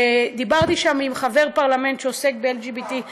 ודיברתי שם עם חבר פרלמנט שעוסק ב-LGBT,